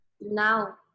now